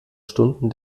stunden